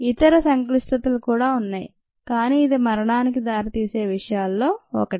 ఇతర సంక్లిష్టతలు కూడా ఉన్నాయి కానీ ఇది మరణానికి దారితీసే విషయాలలో ఒకటి